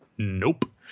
Nope